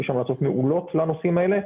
יש המלצות מעולות לנושאים האלה,